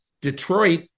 Detroit